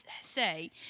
say